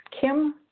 Kim